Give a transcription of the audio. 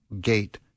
gate